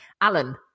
Alan